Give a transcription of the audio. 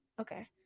Okay